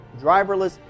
driverless